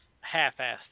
half-assed